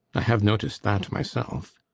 i have noticed that myself.